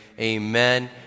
amen